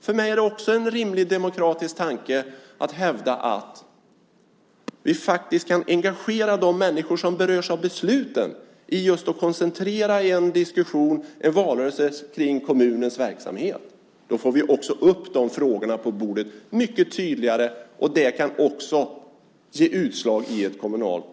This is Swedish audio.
För mig är det en rimlig demokratisk tanke att hävda att vi faktiskt kan engagera de människor som berörs av besluten att koncentrera sig i en diskussion i en valrörelse kring kommunens verksamhet. Då får vi också upp frågorna på bordet mycket tydligare, och det kan också ge utslag i ett kommunalt val.